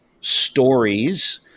stories